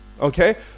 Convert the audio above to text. Okay